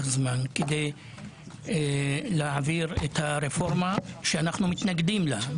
זמן כדי להעביר את הרפורמה שאנחנו מתנגדים לה.